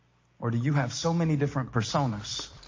or do you have so many different personas?